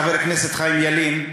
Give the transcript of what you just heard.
חבר הכנסת חיים ילין,